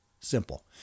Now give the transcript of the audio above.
simple